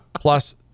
plus